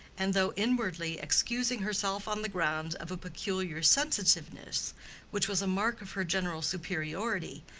and though inwardly excusing herself on the ground of a peculiar sensitiveness which was a mark of her general superiority,